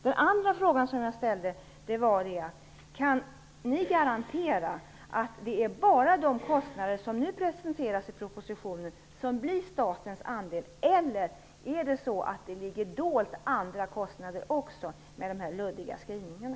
Den andra frågan som jag ställde var: Kan ni garantera att det bara är de kostnader som nu presenteras i propositionen som blir statens andel, eller ligger också andra kostnader dolda bakom de här luddiga skrivningarna?